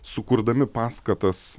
sukurdami paskatas